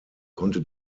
konnte